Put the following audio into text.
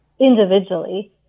individually